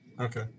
Okay